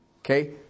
Okay